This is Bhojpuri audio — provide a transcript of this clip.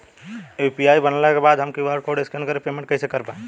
यू.पी.आई बनला के बाद हम क्यू.आर कोड स्कैन कर के पेमेंट कइसे कर पाएम?